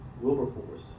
Wilberforce